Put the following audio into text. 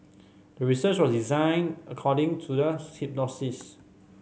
the research was designed according to the hypothesis